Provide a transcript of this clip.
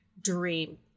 dream